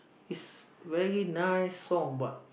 is very nice song but